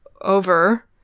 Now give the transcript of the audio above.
over